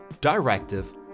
directive